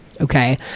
Okay